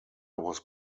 was